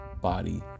Body